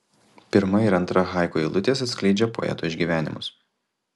pirma ir antra haiku eilutės atskleidžia poeto išgyvenimus